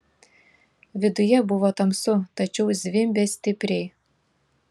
viduje buvo tamsu tačiau zvimbė stipriai